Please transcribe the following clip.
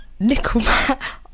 nickelback